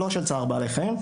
לא של צער בעלי חיים.